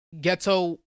ghetto